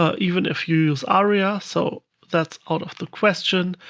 even if you use aria, so that's out of the question.